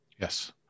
Yes